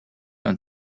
und